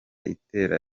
itera